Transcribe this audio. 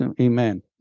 Amen